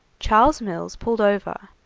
charles mills pulled over,